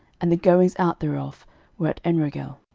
and the goings out thereof were at enrogel